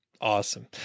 Awesome